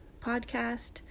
podcast